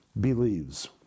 believes